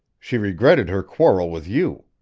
she regretted her quarrel with you.